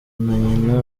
nyina